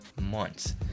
months